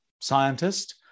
scientist